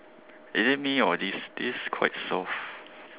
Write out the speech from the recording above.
is it me or this is quite soft